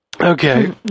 Okay